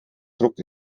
druck